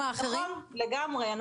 כן, לגמרי.